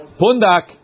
pundak